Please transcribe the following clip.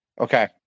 Okay